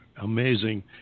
Amazing